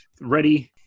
ready